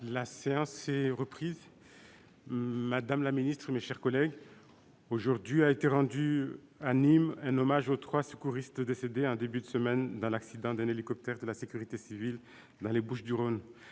La séance est reprise. Madame la secrétaire d'État, mes chers collègues, aujourd'hui, a été rendu à Nîmes un hommage aux trois secouristes décédés en début de semaine dans l'accident d'un hélicoptère de la sécurité civile dans les Bouches-du-Rhône.